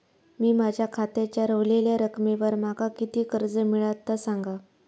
मी माझ्या खात्याच्या ऱ्हवलेल्या रकमेवर माका किती कर्ज मिळात ता सांगा?